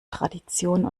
tradition